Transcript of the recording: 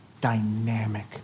dynamic